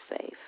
safe